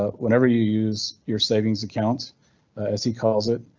ah whenever you use your savings account as he calls it.